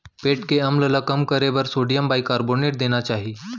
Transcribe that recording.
पेट के अम्ल ल कम करे बर सोडियम बाइकारबोनेट देना चाही